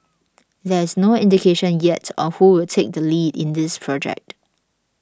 there is no indication yet on who will take the lead in this project